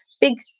big